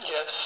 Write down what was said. Yes